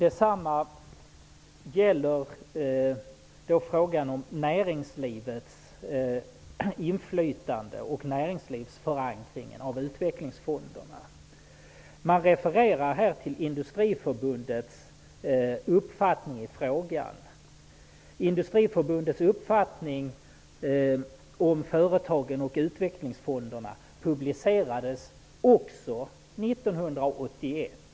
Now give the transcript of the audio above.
Vi har också frågan om näringslivets inflytande och utvecklingsfondernas näringslivsförankring. Man refererar här till Industriförbundets uppfattning i frågan. Industriförbundets uppfattning om företagen och utvecklingsfonderna publicerades också 1981.